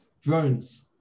Drones